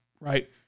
right